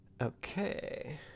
Okay